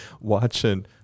watching